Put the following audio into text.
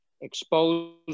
expose